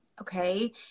okay